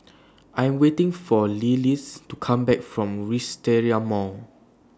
I Am waiting For Lillis to Come Back from Wisteria Mall